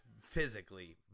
physically